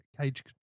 cage